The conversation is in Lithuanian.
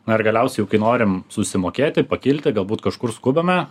na ir galiausiai jau kai norim susimokėti pakilti galbūt kažkur skubame